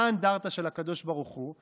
מה האנדרטה של הקדוש ברוך הוא?